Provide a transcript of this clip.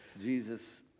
jesus